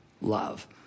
love